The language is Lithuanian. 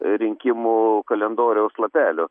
rinkimų kalendoriaus lapelių